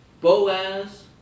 Boaz